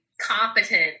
competent